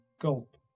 gulp